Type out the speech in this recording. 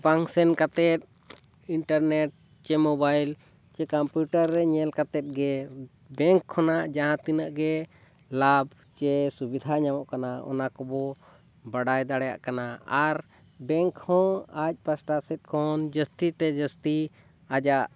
ᱵᱟᱝ ᱥᱮᱱ ᱠᱟᱛᱮᱫ ᱤᱱᱴᱟᱨᱱᱮᱹᱴ ᱥᱮ ᱢᱳᱵᱟᱭᱤᱞ ᱥᱮ ᱠᱚᱢᱯᱤᱭᱩᱴᱟᱨ ᱨᱮ ᱧᱮᱞ ᱠᱟᱛᱮᱫ ᱜᱮ ᱵᱮᱝᱠ ᱠᱷᱚᱱᱟᱜ ᱡᱟᱦᱟᱸ ᱛᱤᱱᱟᱹᱜ ᱜᱮ ᱞᱟᱵᱷ ᱥᱮ ᱥᱩᱵᱤᱫᱷᱟ ᱧᱟᱢᱚᱜ ᱠᱟᱱᱟ ᱚᱱᱟ ᱠᱚᱵᱚ ᱵᱟᱲᱟᱭ ᱫᱟᱲᱮᱭᱟᱜ ᱠᱟᱱᱟ ᱟᱨ ᱵᱮᱝᱠ ᱦᱚᱸ ᱟᱡ ᱯᱟᱦᱟᱴᱟ ᱥᱮᱫ ᱠᱷᱚᱱ ᱡᱟᱹᱥᱛᱤ ᱛᱮ ᱡᱟᱹᱥᱛᱤ ᱟᱡᱟᱜ